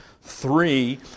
three